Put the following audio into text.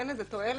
אין בזה תועלת.